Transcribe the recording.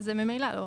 זה ממילא לא.